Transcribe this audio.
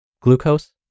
glucose